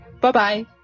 Bye-bye